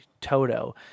Toto